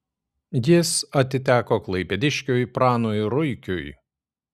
jis atiteko klaipėdiškiui pranui ruikiui